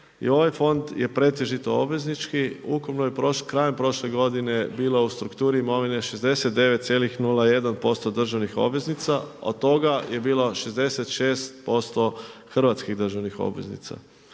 ovaj fond je pretežito obveznički, ukupno je krajem prošle godine bila u strukturi imovine 69,01% državnih obveznica, od toga je bila 66% hrvatskih državnih obveznica.